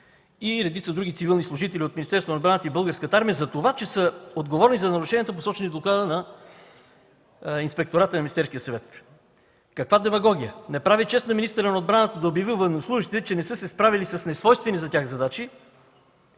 и редица други цивилни служители от Министерството на отбраната и Българската армия, за това, че са отговорни за нарушенията, посочени в Доклада на Инспектората на Министерския съвет. Каква демагогия?! Не прави чест на министъра на отбраната да обяви военнослужещите, че не са се справили с несвойствени за тях задачи,